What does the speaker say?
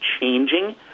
changing